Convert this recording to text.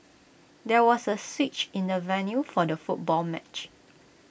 there was A switch in the venue for the football match